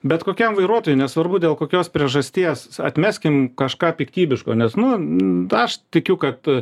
bet kokiam vairuotojui nesvarbu dėl kokios priežasties atmeskim kažką piktybiško nes nu aš tikiu kad